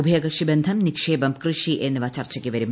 ഉഭയകക്ഷി ബന്ധം നിക്ഷേപം കൃഷി എന്നിവ ചർച്ചയ്ക്ക് വരും